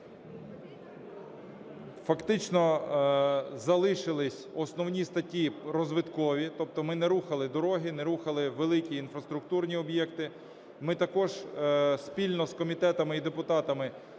Фактично залишились основні статті розвиткові. Тобто ми не рухали дороги, не рухали великі інфраструктурні об'єкти, ми також спільно з комітетами і депутатами